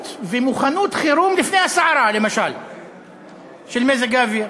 ומוכנות חירום לפני הסערה של מזג האוויר,